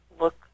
look